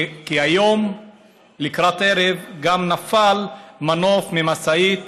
כי היום לקראת ערב גם נפל מנוף ממשאית